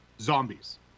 zombies